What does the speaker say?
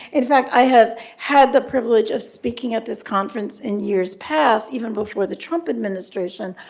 in fact, i have had the privilege of speaking at this conference in years past, even before the trump administration,